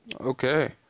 Okay